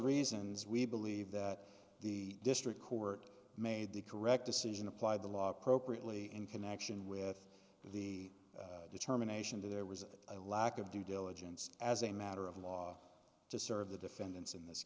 reasons we believe that the district court made the correct decision applied the law appropriately in connection with the determination to there was a lack of due diligence as a matter of law to serve the defendants in this